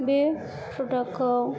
बे प्रडाक्टखौ